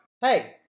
Hey